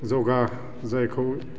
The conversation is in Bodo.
जगा जायखौ